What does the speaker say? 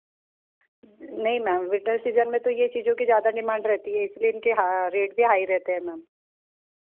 नहीं ma'am winter season में तो ये चीजों की ज़्यादा डिमांड रहती है इसलिए इनके रेट भी हाई रहती है मैम